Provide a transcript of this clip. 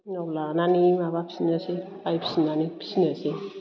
उनाव लानानै माबाफिन्नोसै बायफिन्नानै फिनोसै